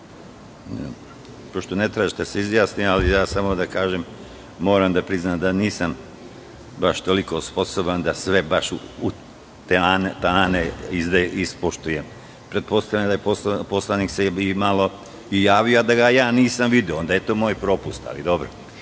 Pošto ne tražite da se izjasnimo, samo da kažem, moram da priznam da nisam baš toliko sposoban da sve baš ispoštujem. Pretpostavljam da se poslanik i javio, a da ga ja nisam video. Onda je to moj propust, ali dobro. Reč